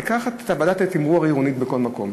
לקחת את ועדת התמרור העירונית לכל מקום